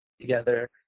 together